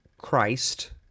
christ